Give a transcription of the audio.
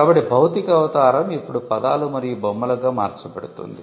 కాబట్టి భౌతిక అవతారం ఇప్పుడు పదాలు మరియు బొమ్మలుగా మార్చబడుతుంది